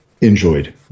enjoyed